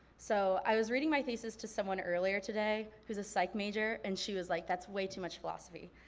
so i was reading my thesis to someone earlier today who's a psych major and she was like, that's way too much philosophy.